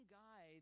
guy